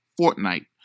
Fortnite